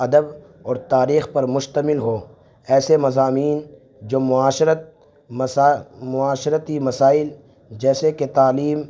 ادب اور تاریخ پر مشتمل ہو ایسے مضامین جو معاشرت مسا معاشرتی مسائل جیسے کہ تعلیم